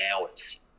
hours